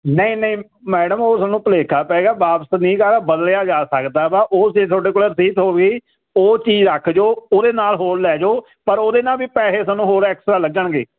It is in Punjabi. ਨਹੀਂ ਨਹੀਂ ਮੈਡਮ ਉਹ ਤੁਹਾਨੂੰ ਭੁਲੇਖਾ ਪੈ ਗਿਆ ਵਾਪਸ ਨਹੀਂ ਗਾ ਬਦਲਿਆ ਜਾ ਸਕਦਾ ਵਾ ਉਹ ਜੇ ਤੁਹਾਡੇ ਕੋਲ ਰਸੀਦ ਹੋਈ ਉਹ ਚੀਜ਼ ਰੱਖ ਜੋ ਉਹਦੇ ਨਾਲ ਹੋਰ ਲੈ ਜਾਓ ਪਰ ਉਹਦੇ ਨਾਲ ਵੀ ਪੈਸੇ ਸਾਨੂੰ ਹੋਰ ਐਕਸਟਰਾ ਲੱਗਣਗੇ